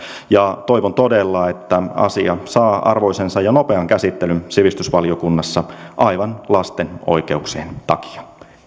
toivon todella että asia saa arvoisensa ja nopean käsittelyn sivistysvaliokunnassa aivan lasten oikeuksien takia